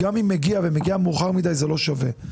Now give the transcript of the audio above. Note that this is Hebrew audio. גם אם מגיע, ומגיע מאוחר מדי, זה לא שווה.